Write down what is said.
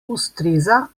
ustreza